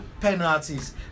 penalties